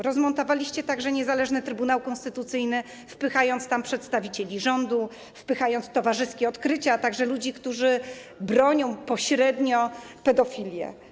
Rozmontowaliście także niezależny Trybunał Konstytucyjny, wpychając tam przedstawicieli rządu, wpychając towarzyskie odkrycia, a także ludzi, którzy bronią pośrednio pedofilów.